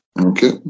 Okay